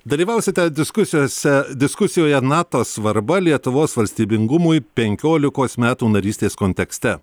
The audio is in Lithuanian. dalyvausite diskusijose diskusijoje nato svarba lietuvos valstybingumui penkiolikos metų narystės kontekste